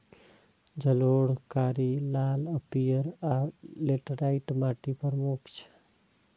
जलोढ़, कारी, लाल आ पीयर, आ लेटराइट माटि प्रमुख छै